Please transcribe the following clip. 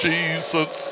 Jesus